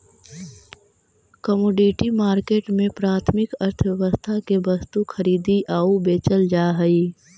commodity market में प्राथमिक अर्थव्यवस्था के वस्तु खरीदी आऊ बेचल जा हइ